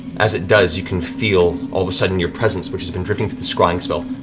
as it does, you can feel, all of a sudden, your presence, which has been drifting through the scrying spell,